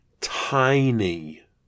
tiny